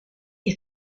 que